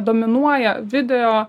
dominuoja video